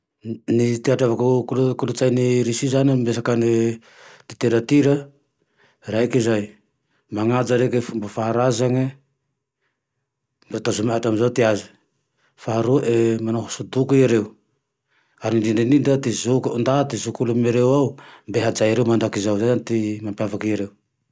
Ny ty ahatrevako ny kolotsay ty Russie zane amy resaka ne literatira raike zay, manaja dreke ty fomba faharazany e mbô tazominy hatramizao ty aze, faharoa manao hoso-doko ereo, ary indrindraindrindra ty zakio ndty, ty zokin'olo ao mbe hajay ereo mandrakizay, zay zane ty mampiavaky ereo